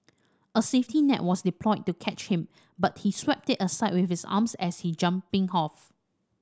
a safety net was deployed to catch him but he swept it aside with his arms as he jumping off